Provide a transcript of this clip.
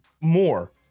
more